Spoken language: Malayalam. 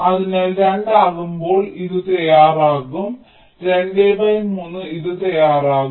അതിനാൽ 2 ആകുമ്പോൾ ഇത് തയ്യാറാകും 2 3 ഇത് തയ്യാറാകും